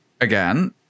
again